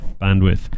bandwidth